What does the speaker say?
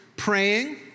Praying